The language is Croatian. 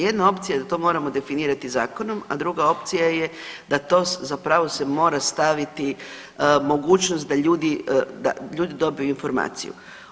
Jedna opcija je da to moramo definirati zakonom, a druga opcija je da to zapravo se mora staviti mogućnost da ljudi dobiju informaciju.